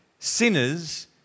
sinners